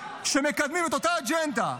שמקדמים את אותה אג'נדה.